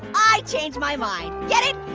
i changed my mind. get it?